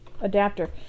adapter